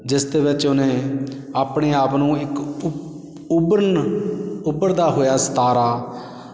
ਜਿਸ ਦੇ ਵਿੱਚ ਉਹਨੇ ਆਪਣੇ ਆਪ ਨੂੰ ਇੱਕ ਉਭ ਉਭਰਨ ਉਭਰਦਾ ਹੋਇਆ ਸਿਤਾਰਾ